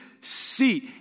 seat